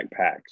backpacks